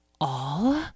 all